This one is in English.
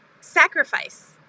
Sacrifice